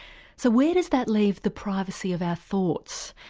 so where does that leave the privacy of our thoughts,